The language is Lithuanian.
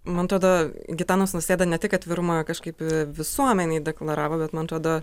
man atrodo gitanas nausėda ne tik atvirumą kažkaip visuomenei deklaravo bet man atrodo